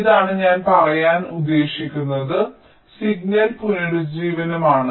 ഇതാണ് ഞാൻ പറയാൻ ഉദ്ദേശിക്കുന്നത് സിഗ്നൽ പുനരുജ്ജീവനമാണ്